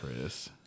Chris